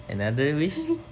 another wish